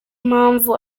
mpamvu